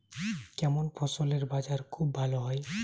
কেমন ফসলের বাজার খুব ভালো হয়?